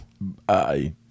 Bye